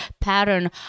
pattern